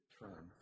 turn